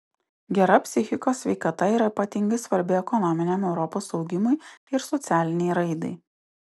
gera psichikos sveikata yra ypatingai svarbi ekonominiam europos augimui ir socialinei raidai